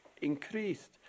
increased